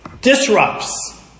disrupts